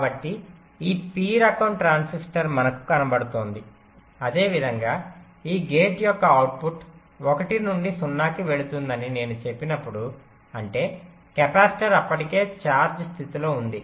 కాబట్టి ఈ p రకం ట్రాన్సిస్టర్ మనకు కనబడుతోంది అదేవిధంగా ఈ గేట్ యొక్క అవుట్పుట్ 1 నుండి 0 కి వెళుతుందని నేను చెప్పినప్పుడు అంటే కెపాసిటర్ అప్పటికే ఛార్జ్ స్థితిలో ఉంది